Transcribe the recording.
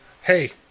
Hey